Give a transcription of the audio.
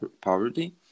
poverty